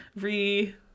re